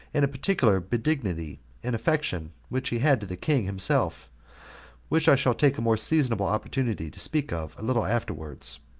and a particular benignity and affection which he had to the king himself which i shall take a more seasonable opportunity to speak of a little afterwards.